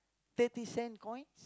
thirty cent coins